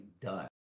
done